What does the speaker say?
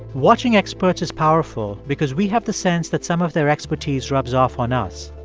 watching experts is powerful because we have the sense that some of their expertise rubs off on us.